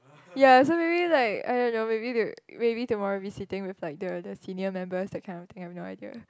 ya so maybe like I don't know maybe they maybe tomorrow we'll be sitting with like the the senior members that kind of thing I have no idea